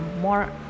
more